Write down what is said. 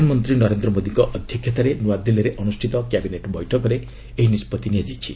ପ୍ରଧାନମନ୍ତ୍ରୀ ନରେନ୍ଦ୍ର ମୋଦିଙ୍କ ଅଧ୍ୟକ୍ଷତାରେ ନୂଆଦିଲ୍ଲୀରେ ଅନୁଷ୍ଠିତ କ୍ୟାବିନେଟ୍ ବୈଠକରେ ଏହି ନିଷ୍କଭି ନିଆଯାଇଛି